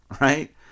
Right